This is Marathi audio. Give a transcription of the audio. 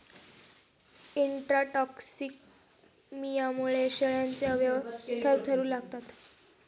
इंट्राटॉक्सिमियामुळे शेळ्यांचे अवयव थरथरू लागतात